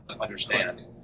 understand